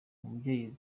umubyeyi